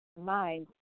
mind